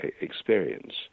experience